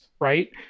right